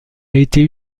été